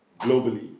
globally